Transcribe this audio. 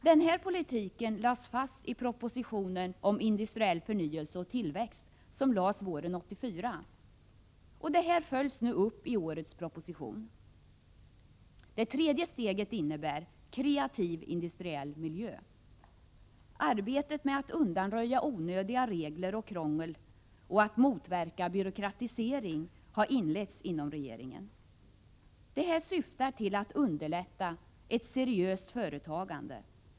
Denna politik lades fast i den proposition om industriell förnyelse och tillväxt som presenterades våren 1984. Detta följs nu upp i årets proposition. Det tredje steget innebär ”kreativ industriell miljö”. Arbetet med att undanröja onödiga regler och krångel och att motverka byråkratisering har inletts inom regeringen. Syftet är att underlätta ett seriöst företagande.